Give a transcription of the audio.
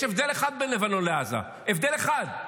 יש הבדל אחד בין לבנון לעזה, הבדל אחד,